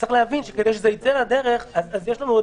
צריך להבין שכדי שזה ייצא לדרך יש לנו עוד